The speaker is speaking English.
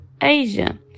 Asia